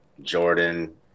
Jordan